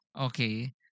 Okay